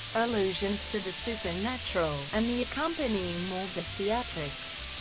allusions to the supernatural, and the accompanying morbid theatrics.